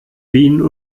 wien